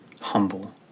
humble